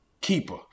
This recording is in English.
keeper